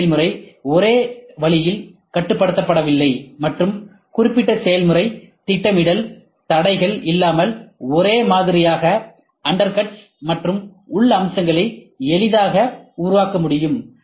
M செயல்முறை ஒரே வழியில் கட்டுப்படுத்தப்படவில்லை மற்றும் குறிப்பிட்ட செயல்முறை திட்டமிடல் தடைகள் இல்லாமல் ஒரே மாதிரியாக அண்டர்கட்ஸ் மற்றும் உள் அம்சங்களை எளிதாக உருவாக்க முடியும்